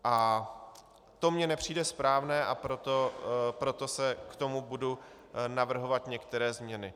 A to mně nepřijde správné, a proto k tomu budu navrhovat některé změny.